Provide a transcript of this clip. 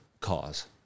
cause